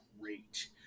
great